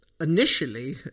initially